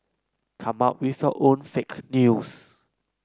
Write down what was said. come up with your own fake news